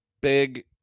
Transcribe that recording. big